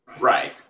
Right